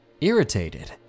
Irritated